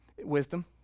Wisdom